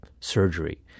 surgery